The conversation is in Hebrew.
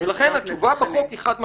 ולכן התשובה בחוק היא חד משמעית.